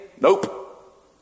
nope